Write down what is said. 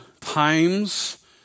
times